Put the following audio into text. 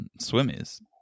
swimmies